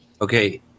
Okay